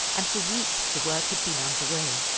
and for weeks the work had been under way.